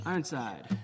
Ironside